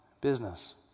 business